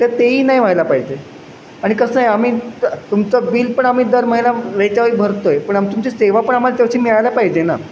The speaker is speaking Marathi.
तर तेही नाही व्हायला पाहिजे आणि कसं आहे आम्ही तुमचं बिल पण आम्ही दर महिना वेळच्या वेळी भरतो आहे पण आम तुमची सेवा पण आम्हाला तशी मिळायला पाहिजे ना